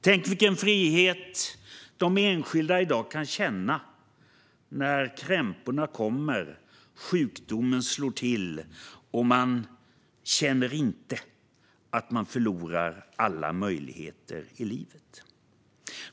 Tänk vilken frihet det är för den enskilde i dag när krämporna kommer och sjukdomen slår till att inte känna att man förlorar alla möjligheter i livet!